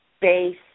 base